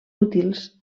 útils